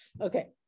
okay